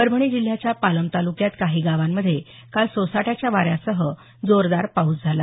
परभणी जिल्ह्याच्या पालम तालुक्यात काही गावांमध्ये काल सोसाट्याच्या वाऱ्यासह जोरदार पाऊस झाला